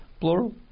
plural